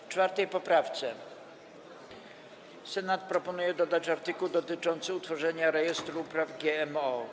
W 4. poprawce Senat proponuje dodać artykuł dotyczący utworzenia Rejestru Upraw GMO.